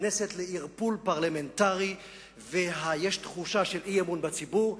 נכנסת לערפול פרלמנטרי ויש תחושה של אי-אמון בציבור,